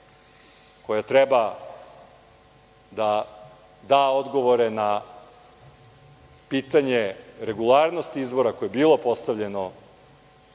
koja treba da da odgovore na pitanje regularnosti izbora koje je bilo postavljeno